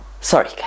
Sorry